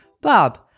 Bob